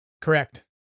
correct